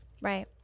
Right